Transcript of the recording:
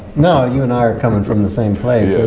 no, you and i are coming from the same place.